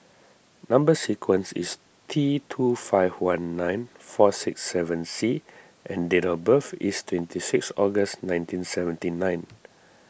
Number Sequence is T two five one nine four six seven C and date of birth is twenty six August nineteen seventy nine